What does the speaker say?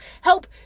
help